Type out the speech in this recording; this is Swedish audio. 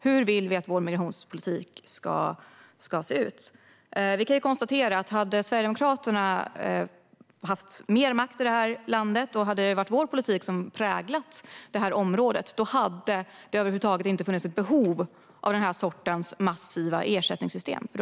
Hur vill vi att vår migrationspolitik ska se ut? Om Sverigedemokraterna hade haft mer makt i det här landet och om vår politik hade präglat det här området hade det inte funnits behov av den sortens massiva ersättningssystem över huvud taget.